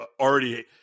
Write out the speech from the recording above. already